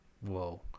Whoa